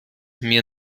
mir